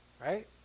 Right